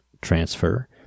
transfer